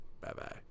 Bye-bye